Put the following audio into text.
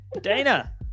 dana